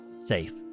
Safe